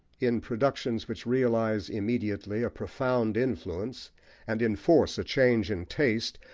in productions which realise immediately a profound influence and enforce a change in taste,